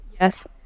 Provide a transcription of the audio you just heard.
yes